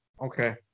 Okay